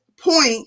point